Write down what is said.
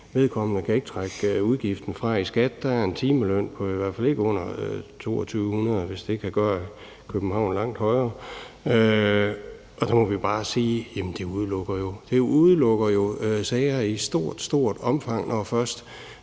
vedkommende kan heller ikke trække udgiften fra i skat. Der er en timeløn på i hvert fald ikke under 2.200 kr., hvis det kan gøre det. I København er den langt højere. Der må vi bare sige, at det jo udelukker sager i meget stort omfang, når først